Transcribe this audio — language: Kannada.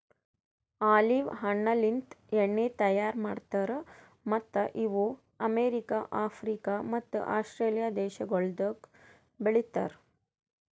ಆಲಿವ್ ಹಣ್ಣಲಿಂತ್ ಎಣ್ಣಿ ತೈಯಾರ್ ಮಾಡ್ತಾರ್ ಮತ್ತ್ ಇವು ಅಮೆರಿಕ, ಆಫ್ರಿಕ ಮತ್ತ ಆಸ್ಟ್ರೇಲಿಯಾ ದೇಶಗೊಳ್ದಾಗ್ ಬೆಳಿತಾರ್